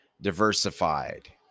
Diversified